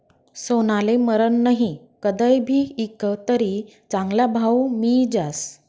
सोनाले मरन नही, कदय भी ईकं तरी चांगला भाव मियी जास